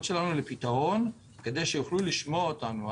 שלנו לפתרון כדי שיוכלו לשמוע אותנו.